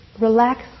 relax